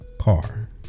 Car